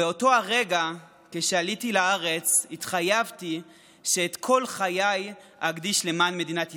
באותו הרגע שעליתי לארץ התחייבתי שאת כל חיי אקדיש למען מדינת ישראל,